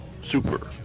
Super